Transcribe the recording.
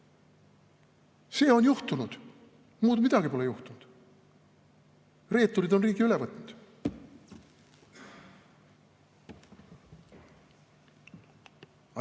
See on juhtunud. Muud midagi pole juhtunud. Reeturid on riigi üle võtnud.